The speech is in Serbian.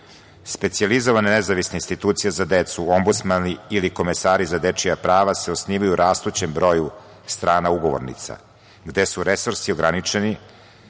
specijalizovane nezavisne institucije za decu, ombdusmani ili komesari za dečija prava se osnivaju u rastućem broju strana ugovornica, gde su resursi ograničeni,